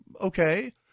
okay